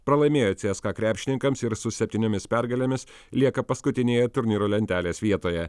pralaimėjo cska krepšininkams ir su septyniomis pergalėmis lieka paskutinėje turnyro lentelės vietoje